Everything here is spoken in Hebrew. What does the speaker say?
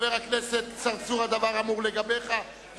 חבר הכנסת צרצור, הדבר אמור לגביך.